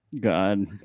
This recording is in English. God